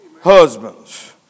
husbands